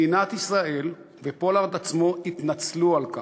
מדינת ישראל ופולארד עצמו התנצלו על כך.